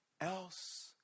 else